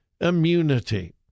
immunity